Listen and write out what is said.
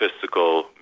physical